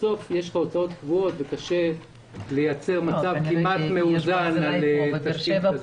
בסוף יש לך הוצאות קבועות וקשה לייצר מצב כמעט מאוזן על תשתית כזאת.